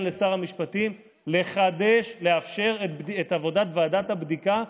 לשר המשפטים לאפשר את עבודת ועדת הבדיקה,